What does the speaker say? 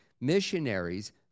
missionaries